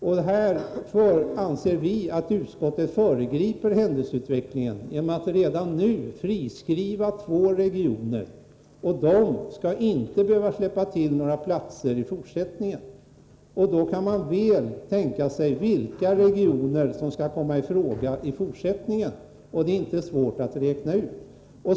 Vi anser att utskottet här föregriper händelseutvecklingen genom att redan nu ”Tfriskriva” två regioner, vilka inte skall behöva släppa till några platser i fortsättningen. Då kan man väl tänka sig vilka regioner som skall komma i fråga i fortsättningen. Det är inte svårt att räkna ut.